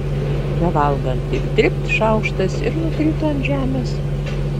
bevalgant tik dribt šaukštas ir nukrito ant žemės